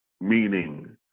meaning